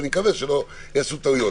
ואני מקווה שלא יעשו טעויות.